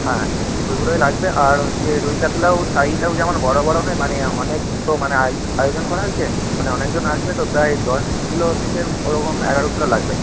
হ্যাঁ ওইগুলোই লাগবে আর হচ্ছে রুই কাতলাও সাইজটাও যেমন বড়ো বড়ো হয় অনেক তো মানে আয়োজন করা হয়েছে মানে অনেকজন আসবে তো প্রায় দশ কিলো থেকে ওরকম এগারো কিলো লাগবে